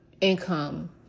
income